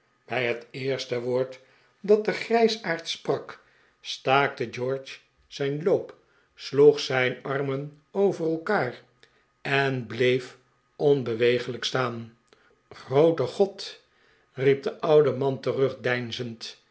bij het eerste woord dat de grijsaard sprak staakte george zijn loop sloeg zijn armen over elkaar en bleef onbeweeglijk staan groote god riep de oude man terugdeinzend